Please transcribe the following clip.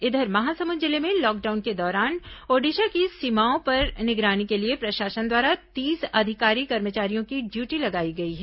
इधर महासमुंद जिले में लॉकडाउन के दौरान ओडिशा की सीमाओं पर निगरानी के लिए प्रशासन द्वारा तीस अधिकारी कर्मचारियों की ड्यूटी लगाई गई है